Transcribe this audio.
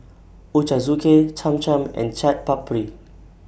Ochazuke Cham Cham and Chaat Papri